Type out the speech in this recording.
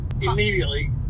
immediately